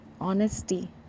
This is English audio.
Honesty